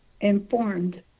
informed